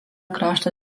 krašto